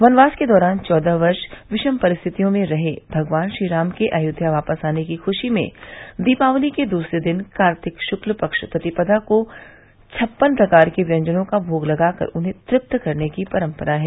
वनवास के दौरान चौदह वर्ष विषम परिस्थितियों में रहे भगवान श्री राम के अयोध्या वापस आने की खुशी में दीपावली के दूसरे दिन कार्तिक श्क्ल पक्ष प्रतिपदा को छप्पन प्रकार के व्यंजनों का भोग लगाकर उन्हें तृप्त करने की परम्परा है